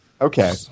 okay